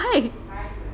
dey why